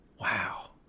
Wow